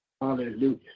Hallelujah